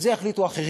על זה יחליטו אחרים.